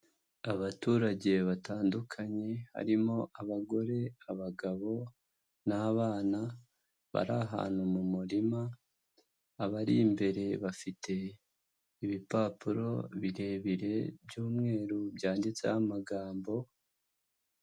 Abaturage batandukanye harimo abagore abagabo n'abana, bari ahantu mu murima, abari imbere bafite ibipapuro birebire by'umweru byanditseho amagambo.